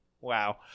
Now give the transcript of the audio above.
Wow